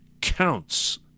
counts